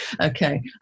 okay